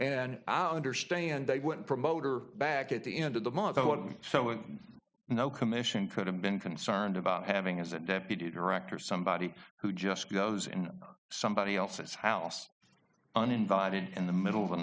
and i understand they would promoter back at the end of the month so and no commission could have been concerned about having as a deputy director somebody who just goes in somebody else's house uninvited in the middle of